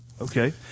Okay